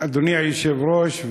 אדוני היושב-ראש,